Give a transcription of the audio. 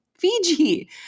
Fiji